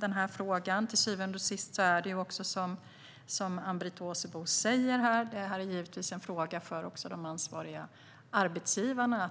den här frågan. Till syvende och sist är detta givetvis, som Ann-Britt Åsebol säger, en fråga att fundera över även för de ansvariga arbetsgivarna.